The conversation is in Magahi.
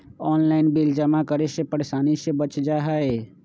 ऑनलाइन बिल जमा करे से परेशानी से बच जाहई?